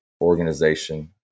organization